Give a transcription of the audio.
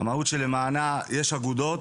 המהות שלמענה יש אגודות.